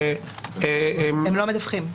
הם לא מדווחים.